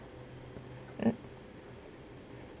mm